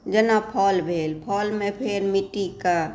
जेना फल भेल फलमे फेर मिट्टी कऽ